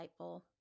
insightful